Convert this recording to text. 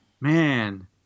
Man